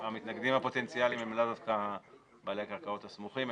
והמתנגדים הפוטנציאליים עם לאו דווקא בעלי הקרקעות הסמוכים,